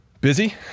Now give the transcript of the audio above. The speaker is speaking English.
Busy